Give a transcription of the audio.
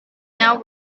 now